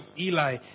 Eli